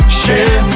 share